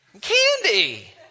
Candy